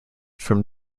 from